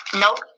Nope